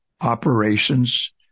operations